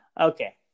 okay